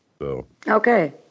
Okay